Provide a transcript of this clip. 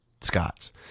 Scott's